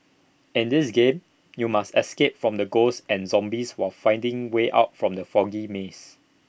in this game you must escape from the ghosts and zombies while finding way out from the foggy maze